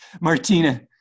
Martina